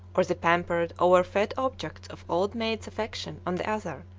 or the pampered, overfed object of old maids' affections on the other,